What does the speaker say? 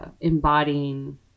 embodying